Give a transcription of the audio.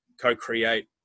co-create